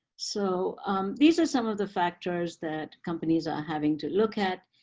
so these are some of the factors that companies are having to look at.